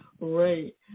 Right